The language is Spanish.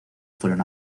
fueron